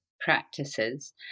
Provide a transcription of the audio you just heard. practices